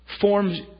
forms